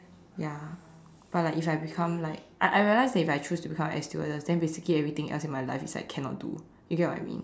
ya but like if I become like I I realize that if I choose to become an air stewardess then basically everything else in my life its' like cannot do you get what I mean